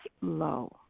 low